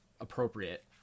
appropriate